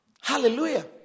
Hallelujah